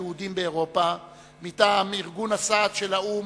היהודים באירופה מטעם ארגון הסעד של האו"ם,